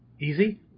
Easy